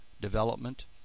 development